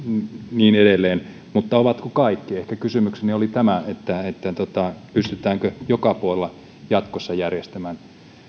niin edelleen mutta ovatko kaikki ehkä kysymykseni oli tämä että pystytäänkö joka puolella jatkossa järjestämään